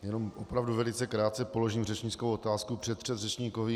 Jen opravdu velice krátce položím řečnickou otázku předpředřečníkovi.